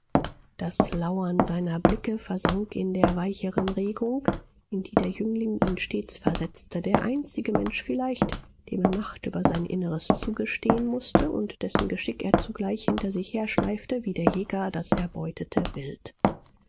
das lauern seiner blicke versank in der weicheren regung in die der jüngling ihn stets versetzte der einzige mensch vielleicht dem er macht über sein inneres zugestehen mußte und dessen geschick er zugleich hinter sich herschleifte wie der jäger das erbeutete wild